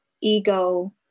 ego